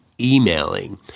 emailing